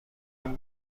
این